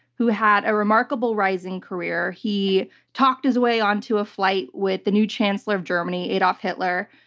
who had a remarkable rising career. he talked his way onto a flight with the new chancellor of germany, adolf hitler.